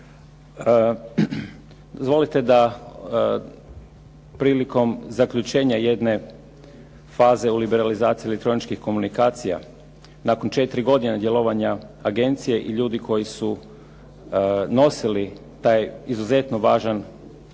Dozvolite da prilikom zaključenja jedne faze u liberalizaciji elektroničkih komunikacija nakon četiri godine djelovanja agencije i ljudi koji su nosili taj izuzetno važan